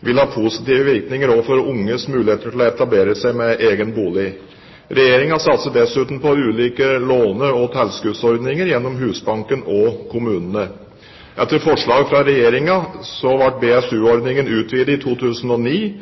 vil ha positive virkninger overfor unges muligheter til å etablere seg med egen bolig. Regjeringen satser dessuten på ulike låne- og tilskuddsordninger, gjennom Husbanken og kommunene. Etter forslag fra Regjeringen ble BSU-ordningen utvidet i 2009.